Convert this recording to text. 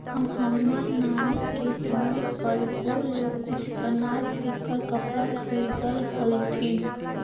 हमर नानी के समय पर वो लोग कुछ अनाज देकर कपड़ा खरीदअ हलथिन